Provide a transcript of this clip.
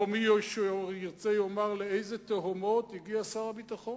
או מי שירצה יאמר לאילו תהומות, הגיע שר הביטחון.